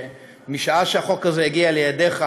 שמשעה שהחוק הזה הגיע לידיך,